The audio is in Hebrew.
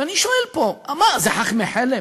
ואני שואל פה: מה, זה חכמי חלם?